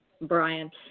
Brian